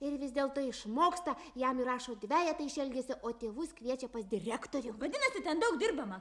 ir vis dėlto išmoksta jam įrašo dvejetą iš elgesio o tėvus kviečia pas direktorių